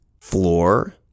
floor